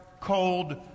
cold